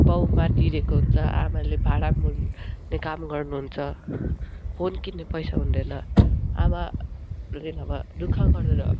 बाउ माति रहेको हुन्छ आमाले भाँडा मोल्ने काम गर्नुहुन्छ फोन किन्ने पैसा हुँदैन आमाले नभाए दु ख गरेर